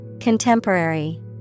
Contemporary